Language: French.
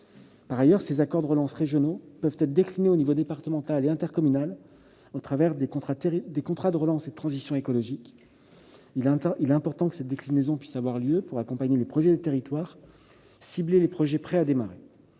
Par ailleurs, ces accords régionaux de relance peuvent être déclinés à l'échelon départemental et intercommunal à travers les contrats de relance et de transition écologique (CRTE). Il est important que cette déclinaison puisse avoir lieu pour accompagner les projets de territoires et cibler les projets prêts à démarrer.